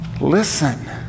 Listen